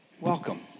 welcome